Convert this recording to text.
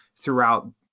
throughout